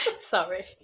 Sorry